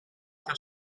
gaan